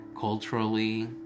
culturally